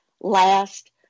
Last